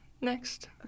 Next